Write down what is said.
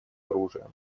оружия